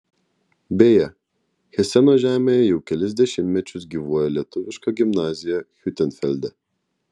beje heseno žemėje jau kelis dešimtmečius gyvuoja lietuviška gimnazija hiutenfelde